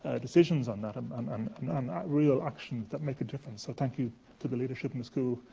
ah decisions on that um um um um and real action that that make a difference. so, thank you to the leadership in the school,